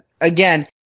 again